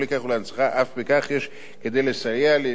ואף בכך יש כדי לסייע לניצולי השואה.